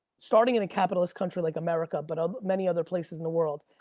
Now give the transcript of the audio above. starting in a capitalist country like america, but um many other places in the world.